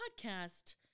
podcast